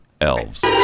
elves